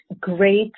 great